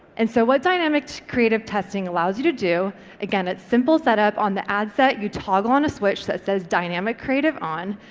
and so what dynamic creative testing allows you to do again, it's simple setup on the ad set. you toggle on a switch that says dynamic creative on,